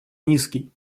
низкий